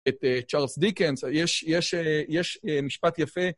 את צ'ארלס דיקנס, יש, יש, יש משפט יפה.